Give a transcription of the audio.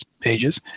pages